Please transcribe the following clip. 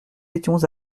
étions